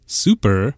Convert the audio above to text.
super